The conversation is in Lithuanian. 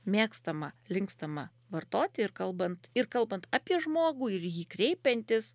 mėgstama linkstama vartoti ir kalbant ir kalbant apie žmogų ir jį kreipiantis